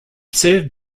served